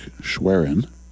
schwerin